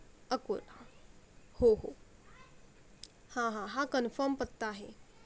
अकोला हो हो हां हां हा कन्फर्म पत्ता आहे